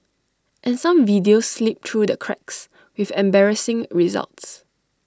and some videos slip through the cracks with embarrassing results